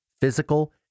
physical